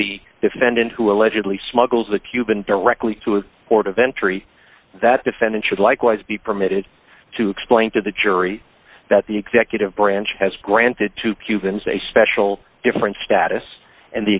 the defendant who allegedly smuggles the cuban directly to a port of entry that defendant should likewise be permitted to explain to the jury that the executive branch has granted to cubans a special different status and the